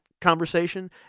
conversation